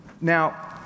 Now